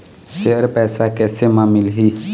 Share पैसा कैसे म मिलही?